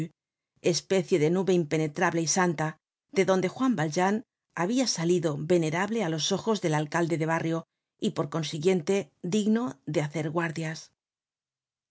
especie de nube impenetrable y santa de donde juan valjean habia salido venerable á los ojos del alcalde de barrio y por consiguiente digno de hacer guardias